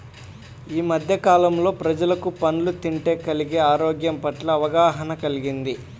యీ మద్దె కాలంలో ప్రజలకు పండ్లు తింటే కలిగే ఆరోగ్యం పట్ల అవగాహన కల్గింది